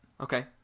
Okay